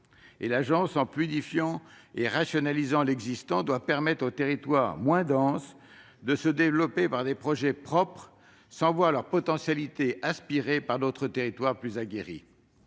L'ANCT, en fluidifiant et rationalisant l'existant, doit permettre aux territoires moins denses de se développer par des projets propres, sans voir leurs potentialités aspirées par d'autres territoires plus aguerris.